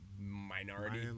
minority